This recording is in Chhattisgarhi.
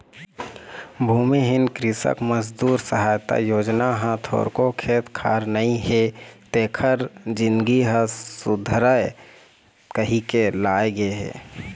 भूमिहीन कृसक मजदूर सहायता योजना ह थोरको खेत खार नइ हे तेखर जिनगी ह सुधरय कहिके लाए गे हे